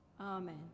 Amen